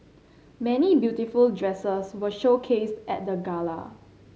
many beautiful dresses were showcased at the gala